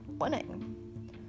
winning